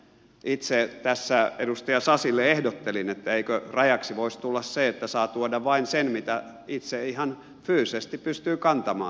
itse tässä edustaja sasille ehdottelin että eikö rajaksi voisi tulla se että saa tuoda vain sen mitä itse ihan fyysisesti pystyy kantamaan